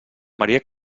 maria